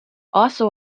also